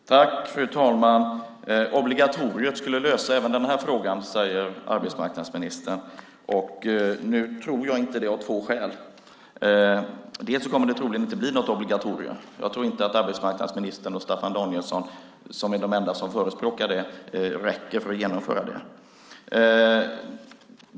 Fru talman! Arbetsmarknadsministern säger att obligatoriet skulle lösa även den här frågan. Nu tror jag inte det, av två skäl. Det första är att det troligen inte kommer att bli något obligatorium. Jag tror inte att arbetsmarknadsministern och Staffan Danielsson, som är de enda som förespråkar detta, räcker för att genomföra det.